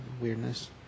weirdness